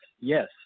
yes